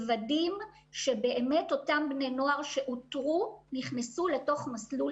מוודאים שבאמת אותם בני נוער שאותרו נכנסו למסלול